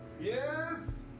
Yes